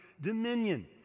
dominion